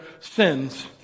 sins